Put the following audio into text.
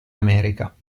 america